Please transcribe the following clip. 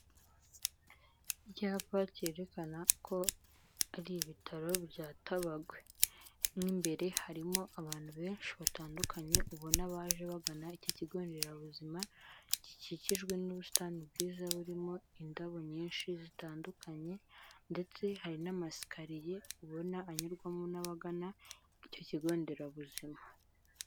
Icyapa cyerekana ko ari ibitaro bya Tabagwe. Mo imbere harimo abantu benshi batandukanye ubona baje bagana iki kigo nderabuzima, gikikijwe n'ubusitani bwiza barimo indabo nyinshi zitandukanye, ndetse hari n'amasekariye ubona anyurwamo n'abagana icyo kigo nderabuzima.